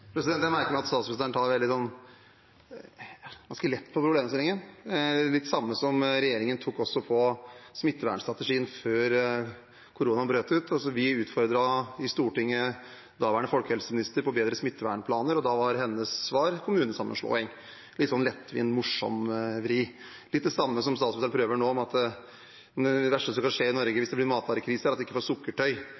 Jeg merker meg at statsministeren tar ganske lett på problemstillingen, litt det samme som regjeringen også gjorde med smittevernstrategien før koronaen brøt ut. Vi utfordret i Stortinget daværende folkehelseminister på bedre smittevernplaner, og da var hennes svar kommunesammenslåing – en litt lettvint, morsom vri. Statsministeren prøver seg på litt det samme nå, med at det verste som kan skje i Norge